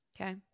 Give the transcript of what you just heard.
okay